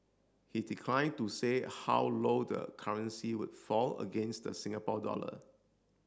he declined to say how low the currency would fall against the Singapore dollar